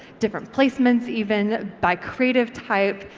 different placements, even by creative type,